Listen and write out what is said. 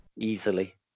easily